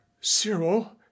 cyril